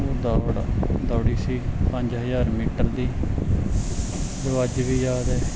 ਉਹ ਦੌੜ ਦੌੜੀ ਸੀ ਪੰਜ ਹਜ਼ਾਰ ਮੀਟਰ ਦੀ ਜੋ ਅੱਜ ਵੀ ਯਾਦ ਹੈ